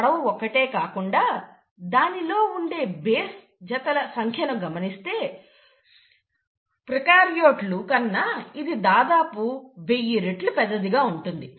పొడవు ఒక్కటే కాకుండా దానిలో ఉండే బేస్ జతల సంఖ్యను గమనిస్తే ప్రోకార్యోట్లు కన్నా ఇది దాదాపుగా వెయ్యి రెట్లు పెద్దదిగా ఉంటుంది